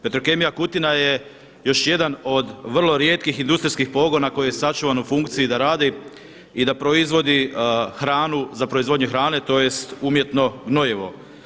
Petrokemija Kutina je još jedan od vrlo rijetkih industrijskih pogona koji je sačuvan u funkciji da radi i da proizvodi hranu za proizvodnju hrane tj. umjetno gnojivo.